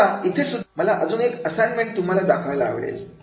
आता इथेसुद्धा मला अजून एक असाइनमेंट तुम्हाला दाखवायला आवडेल